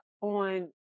on